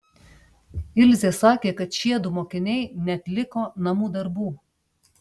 ilzė sakė kad šiedu mokiniai neatliko namų darbų